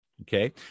Okay